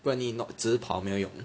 不然你只是跑没有用的